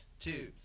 two